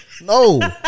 No